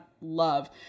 love